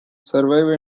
survive